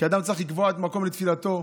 כי אדם צריך לקבוע מקום לתפילתו,